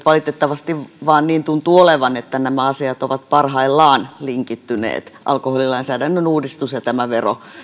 valitettavasti vain niin tuntuu olevan että nämä asiat ovat parhaillaan linkittyneet alkoholilainsäädännön uudistus ja tämä vero